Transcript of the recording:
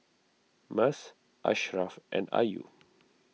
Mas Ashraff and Ayu